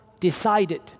decided